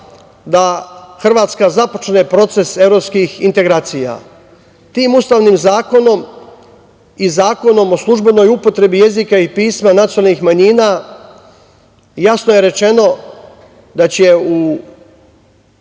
da Hrvatska započne proces evropskih integracija. Tim ustavnim zakonom i zakonom o službenoj upotrebi jezika i pisma nacionalnih manjina jasno je rečeno da će u